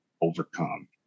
overcome